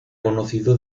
conocido